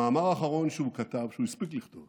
המאמר האחרון שהוא כתב, שהוא הספיק לכתוב